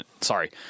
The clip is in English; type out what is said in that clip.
Sorry